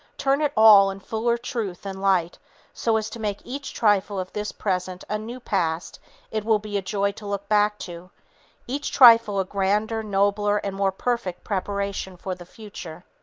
turn it all in fuller truth and light so as to make each trifle of this present a new past it will be joy to look back to each trifle a grander, nobler, and more perfect preparation for the future.